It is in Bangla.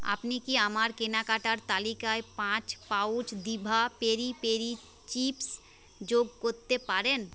আপনি কি আমার কেনাকাটার তালিকায় পাঁচ pouch Diva peri peri chips যোগ করতে পারেন